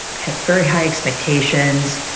had very high expectations,